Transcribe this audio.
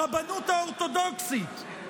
הרבנות האורתודוקסית,